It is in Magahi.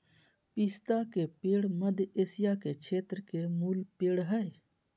पिस्ता के पेड़ मध्य एशिया के क्षेत्र के मूल पेड़ हइ